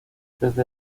desde